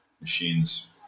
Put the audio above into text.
machines